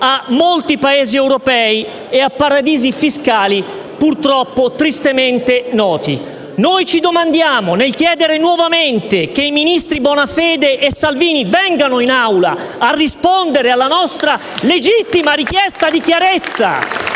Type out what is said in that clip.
a molti Paesi europei e a paradisi fiscali purtroppo tristemente noti. Noi ci domandiamo, chiedendo nuovamente ai ministri Bonafede e Salvini di venire in Aula a rispondere alla nostra legittima richiesta di chiarezza